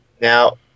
Now